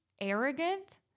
arrogant